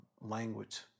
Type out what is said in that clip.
language